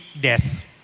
death